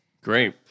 Great